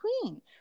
queen